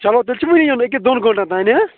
چلو تیٚلہِ چھِ وٕ یُن ایٚکیٛاہ دۄن گٲنٛٹَن تانۍ ہَہ